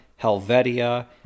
Helvetia